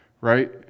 right